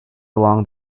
along